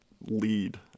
lead